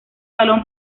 balón